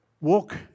walk